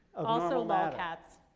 also lolcats.